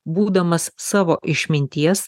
būdamas savo išminties